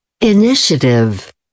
Initiative